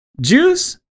Juice